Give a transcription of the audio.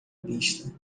pista